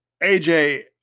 AJ